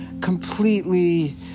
completely